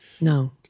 No